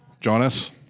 Jonas